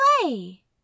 play